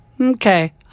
Okay